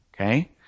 Okay